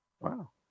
Wow